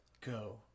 go